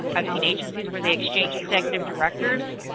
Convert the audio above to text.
i've seen agencies where they exchange executive directors.